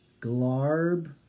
Glarb